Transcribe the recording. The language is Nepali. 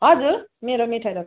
हजुर मेरो मिठाई द